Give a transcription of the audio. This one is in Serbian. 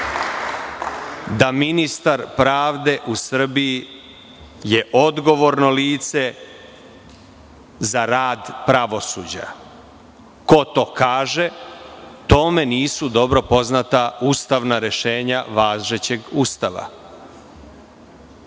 je ministar pravde u Srbiji odgovorno lice za rad pravosuđa. Ko to kaže, tome nisu dobro poznata ustavna rešenja važećeg Ustava.